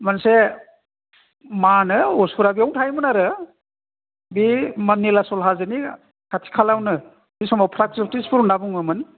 मोनसे मा होनो असुरा बेवहायनो थायोमोन आरो बै निलाचल हाजोनि खाथि खालायावनो बे समाव प्रागजौथिसफुर होनना बुङोमोन